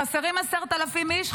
חסרים 10,000 איש?